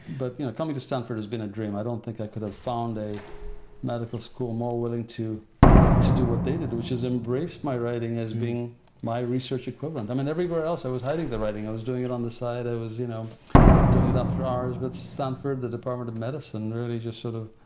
but you know coming to stanford has been a dream. i don't think i could have found a medical school more willing to to do what they did, which is embrace my writing as being my research equivalent. i mean everywhere else i was hiding the writing, i was doing it on the side, i was you know doing it after hours. but stanford, the department of medicine really just sort of,